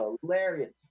hilarious